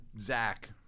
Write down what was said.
Zach